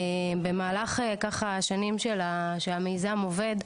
במהלך ככה שנים שהמיזם עובד,